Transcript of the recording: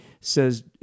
says